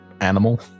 animal